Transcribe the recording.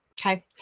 Okay